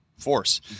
force